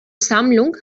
sammlung